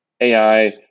AI